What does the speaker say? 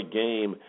game